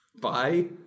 Bye